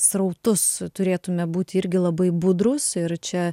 srautus turėtume būti irgi labai budrūs ir čia